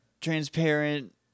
transparent